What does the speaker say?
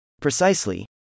Precisely